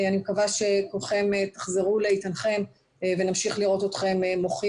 אני מקווה שכולכם תחזרו לאיתנכם ונמשיך לראות אתכם מוחים